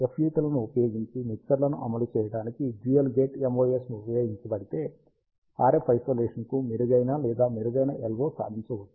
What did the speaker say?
FET లను ఉపయోగించి మిక్సర్ను అమలు చేయడానికి డ్యూయల్ గేట్ MOS ఉపయోగించబడితే RF ఐసోలేషన్కు మెరుగైన లేదా మెరుగైన LO సాధించవచ్చు